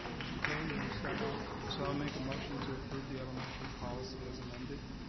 mr. colon, you wanna start off? so i make a motion to approve the elementary policy as amended,